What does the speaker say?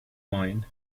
mind